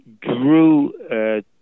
drew